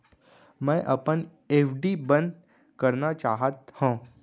मै अपन एफ.डी बंद करना चाहात हव